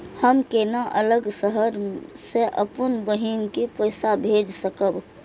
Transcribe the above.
हम केना अलग शहर से अपन बहिन के पैसा भेज सकब?